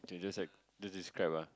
okay just like just describe ah